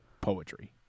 poetry